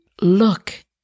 look